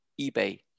eBay